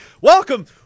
Welcome